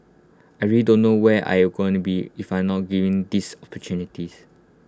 I really don't know where I'll going to be if I not given these opportunities